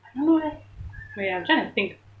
no eh oh ya I'm trying to think